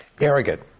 Arrogant